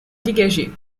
dégagée